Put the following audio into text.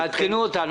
תעדכנו אותנו.